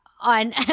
on